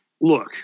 look